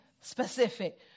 specific